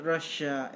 Russia